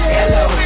Hello